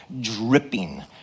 dripping